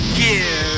give